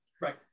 Right